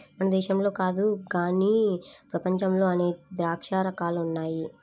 మన దేశంలో కాదు గానీ ప్రపంచంలో అనేక ద్రాక్ష రకాలు ఉన్నాయి